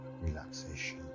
relaxation